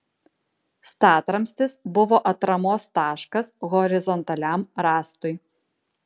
statramstis buvo atramos taškas horizontaliam rąstui